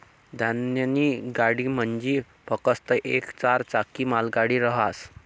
धान्यनी गाडी म्हंजी फकस्त येक चार चाकी मालगाडी रहास